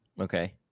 okay